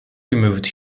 removed